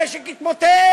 המשק יתמוטט.